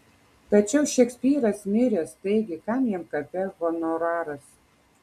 tačiau šekspyras miręs taigi kam jam kape honoraras